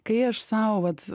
kai aš sau vat